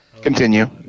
Continue